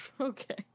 Okay